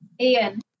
Ian